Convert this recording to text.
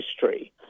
history